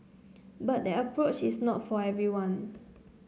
but that approach is not for everyone